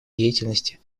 деятельности